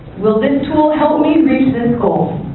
will this tool help me reach this goal?